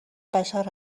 بشر